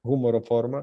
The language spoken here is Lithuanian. humoro forma